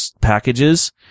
packages